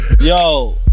Yo